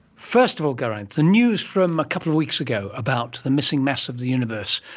first of all geraint, the news from a couple of weeks ago about the missing mass of the universe,